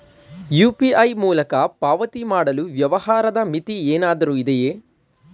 UPI ಮೂಲಕ ಪಾವತಿ ಮಾಡಲು ವ್ಯವಹಾರದ ಮಿತಿ ಏನಾದರೂ ಇದೆಯೇ?